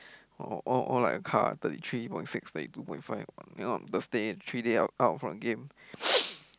all all all like a car thirty three point six thirty two point five you know Thursday three day out out from the game